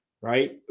right